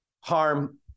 harm